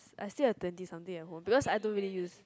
I still have twenty something at home because I don't really use